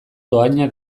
dohaina